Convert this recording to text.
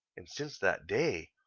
and since that day,